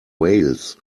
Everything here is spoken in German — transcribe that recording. wales